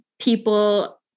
people